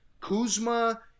Kuzma